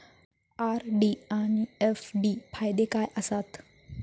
RD आनि FD फायदे काय आसात?